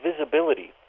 visibility